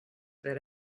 that